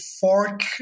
fork